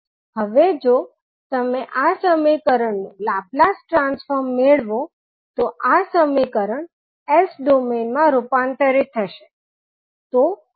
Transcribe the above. હવે જો તમે આ સમીકરણનું લાપ્લાસ ટ્રાન્સફોર્મ મેળવોતો આ સમીકરણ S ડોમેઇન માં રૂપાંતરિત થશે